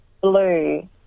Blue